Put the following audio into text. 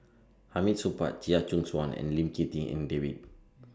Hamid Supaat Chia Choo Suan and Lim Tik En David